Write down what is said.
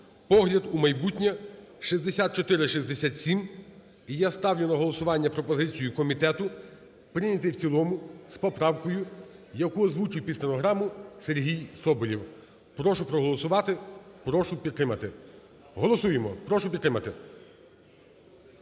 погляд у майбутнє" (6467). І я ставлю на голосування пропозицію комітету прийняти в цілому з поправкою, яку озвучив під стенограму Сергій Соболєв. Прошу проголосувати, прошу підтримати. Голосуємо, прошу підтримати.